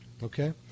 Okay